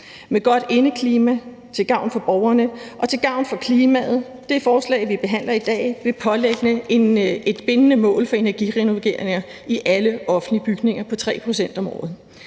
et godt indeklima til gavn for borgerne og til gavn for klimaet. Det forslag, vi behandler i dag, vil pålægge et bindende mål for energirenoveringer i alle offentlige bygninger på 3 pct. om året.